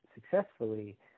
successfully